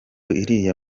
iriya